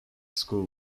school